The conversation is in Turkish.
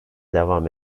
devam